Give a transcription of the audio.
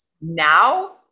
now